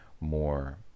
more